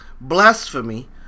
blasphemy